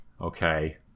Okay